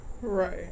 Right